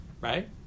Right